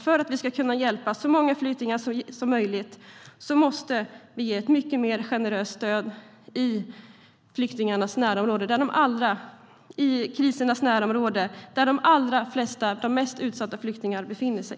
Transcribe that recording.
För att vi ska kunna hjälpa så många flyktingar som möjligt måste vi ge ett mycket mer generöst stöd i flyktingarnas och krisernas närområde, där de allra flesta och de mest utsatta flyktingarna befinner sig.